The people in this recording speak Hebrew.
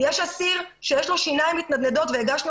יש אסיר שיש לו שיניים מתנדנדות והגשנו